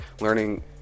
learning